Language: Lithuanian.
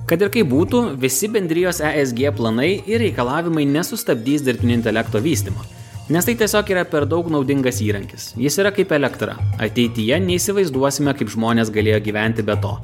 kad ir kaip būtų visi bendrijos e s g planai ir reikalavimai nesustabdys dirbtinio intelekto vystymo nes tai tiesiog yra per daug naudingas įrankis jis yra kaip elektra ateityje neįsivaizduosime kaip žmonės galėjo gyventi be to